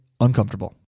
uncomfortable